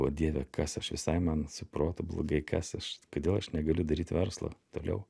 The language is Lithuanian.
o dieve kas aš visai man su protu blogai kas aš kodėl aš negaliu daryt verslo toliau